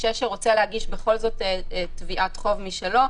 נושה שרוצה להגיש בכל זאת תביעת חוב משלו,